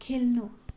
खेल्नु